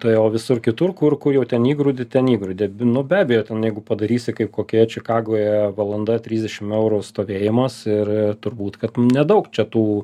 tai o visur kitur kur kur jau ten įgrūdi ten įgrūdi nu be abejo ten jeigu padarysi kaip kokioje čikagoje valanda trisdešim eurų stovėjimas ir turbūt kad nedaug čia tų